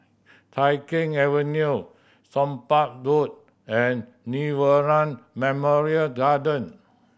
Tai Keng Avenue Somapah Road and Nirvana Memorial Garden